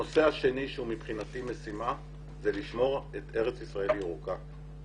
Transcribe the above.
הנושא השני שמבחינתי הוא משימה זה לשמור את ארץ ישראל ירוקה.